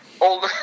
Old